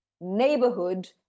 neighborhood